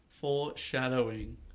Foreshadowing